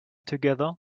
together